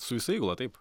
su visa įgula taip